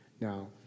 Now